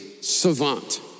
savant